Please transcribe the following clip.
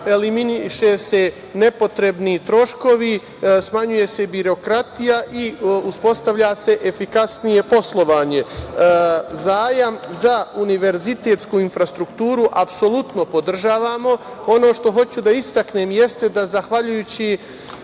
eliminišu se nepotrebni troškovi, smanjuje se birokratija i uspostavlja se efikasnije poslovanje. Zajam za univerzitetsku infrastrukturu apsolutno podržavamo. Ono što hoću da istaknem jeste da zahvaljujući